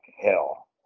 hell